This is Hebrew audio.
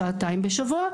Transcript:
שעתיים בשבוע,